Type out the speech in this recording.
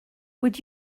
would